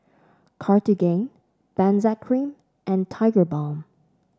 Cartigain Benzac Cream and Tigerbalm